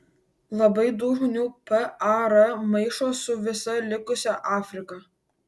labai daug žmonių par maišo su visa likusia afrika